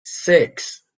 six